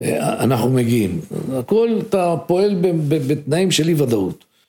אנחנו מגיעים, הכל אתה פועל בתנאים של אי ודאות.